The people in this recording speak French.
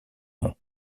nom